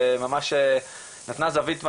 וממש נתנה זווית מדהימה.